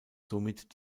somit